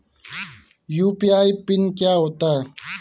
UPI PIN क्या होता है?